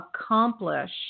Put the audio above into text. accomplish